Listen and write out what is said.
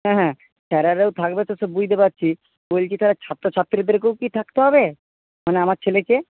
হ্যাঁ হ্যাঁ স্যারেরাও থাকবে তো সে বুঝতে পারছি বলছি স্যার ছাত্রছাত্রীদেরকেও কি থাকতে হবে মানে আমার ছেলেকে